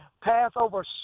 Passover